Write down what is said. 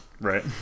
Right